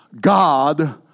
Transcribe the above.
God